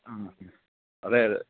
മ് അതെ അതെ